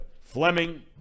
Fleming